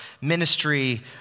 ministry